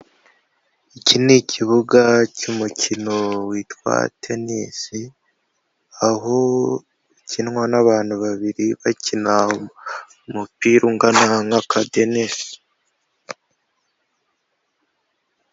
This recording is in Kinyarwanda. Iki ni ikibuga cy'umukino witwa tenisi, aho ukinwa n'abantu babiri bakina umupira ungana nka akadenesi.